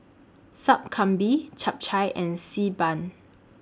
Sup Kambing Chap Chai and Xi Ban